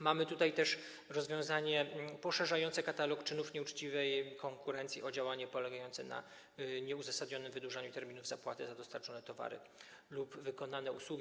Mamy tutaj też rozwiązanie poszerzające katalog czynów nieuczciwej konkurencji o działanie polegające na nieuzasadnionym wydłużaniu terminów zapłaty za dostarczone towary lub wykonane usługi.